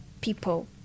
people